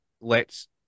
lets